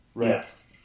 Yes